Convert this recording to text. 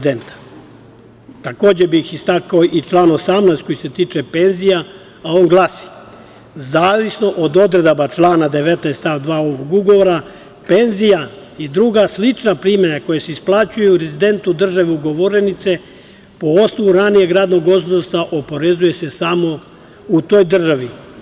Takođe bih istakao i član 18. koji se tiče penzija, a on glasi: „Zavisno od odredaba člana 19. stav 2. ovog ugovora, penzija i druga slična primanja koja se isplaćuju rezidentu države ugovornice po osnovu ranijeg radnog odnosa oporezuju se samo u toj državi“